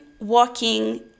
walking